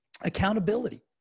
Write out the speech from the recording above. accountability